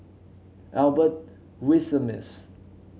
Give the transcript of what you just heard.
Albert Winsemius